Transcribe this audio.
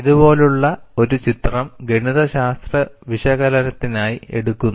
ഇതുപോലുള്ള ഒരു ചിത്രം ഗണിതശാസ്ത്ര വിശകലനത്തിനായി എടുക്കുന്നു